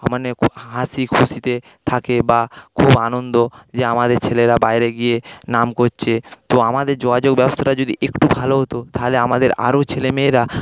হ্যাঁ মানে খুব হাসিখুশিতে থাকে বা খুব আনন্দ যে আমাদের ছেলেরা বাইরে গিয়ে নাম করছে তো আমাদের যোগাযোগ ব্যবস্থাটা যদি একটু ভালো হত তাহলে আমাদের আরও ছেলেমেয়েরা